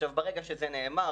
ברגע שזה נאמר,